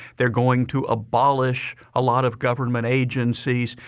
they're going to abolish a lot of government agencies.